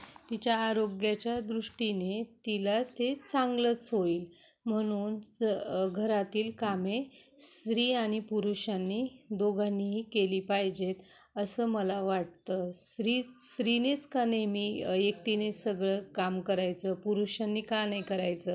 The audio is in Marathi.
तिच्या आरोग्याच्या दृष्टीने तिला ते चांगलंच होईल म्हणून जर घरातील कामे स्त्री आणि पुरुषांनी दोघांनीही केली पाहिजेत असं मला वाटतं स्त्री स्त्रीनेच का नेहमी एकटीने सगळं काम करायचं पुरुषांनी का नाही करायचं